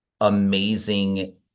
amazing